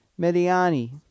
mediani